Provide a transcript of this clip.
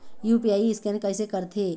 UPI scan कइसे करथे?